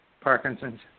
Parkinson's